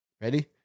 ready